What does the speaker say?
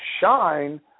shine